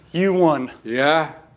you won yeah.